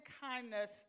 kindness